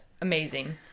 amazing